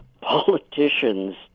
Politicians